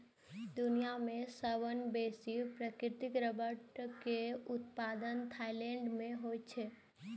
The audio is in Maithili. दुनिया मे सबसं बेसी प्राकृतिक रबड़ के उत्पादन थाईलैंड मे होइ छै